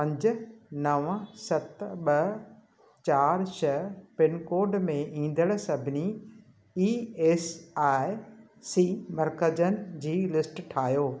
पंज नव सत ॿ चारि छह पिनकोड में ईंदड़ु सभिनी ई एस आई सी मर्कज़नि जी लिस्ट ठाहियो